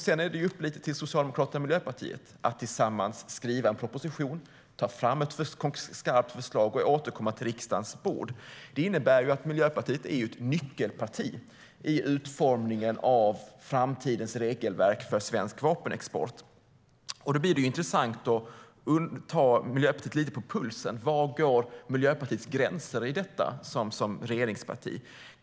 Sedan är det lite grann upp till Socialdemokraterna och Miljöpartiet att tillsammans skriva en proposition, ta fram ett skarpt förslag och återkomma till riksdagens bord. Det innebär att Miljöpartiet är ett nyckelparti i utformningen av framtidens regelverk för svensk vapenexport. Då blir det intressant att känna Miljöpartiet lite grann på pulsen: Var går Miljöpartiets gränser i detta som regeringsparti?